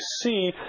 see